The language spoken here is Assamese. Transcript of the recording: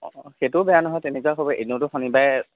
অঁ সেইটোও বেয়া নহয় তেনেকুৱা কৰিব পাৰি এনেইটো শনিবাৰে